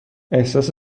احساس